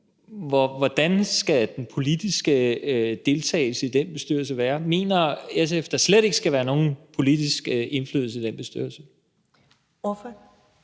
hvordan skal den politiske deltagelse i den bestyrelse så være? Mener SF, at der slet ikke skal være nogen politisk indflydelse på den bestyrelse? Kl.